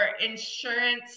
insurance